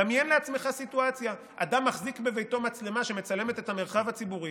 דמיין לעצמך סיטואציה: אדם מחזיק בביתו מצלמה שמצלמת את המרחב הציבורי.